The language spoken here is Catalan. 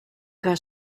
que